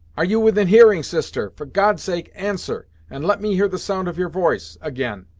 are you within hearing, sister for god's sake answer, and let me hear the sound of your voice, again!